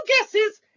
guesses